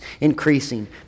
increasing